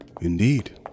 Indeed